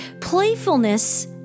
Playfulness